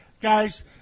guys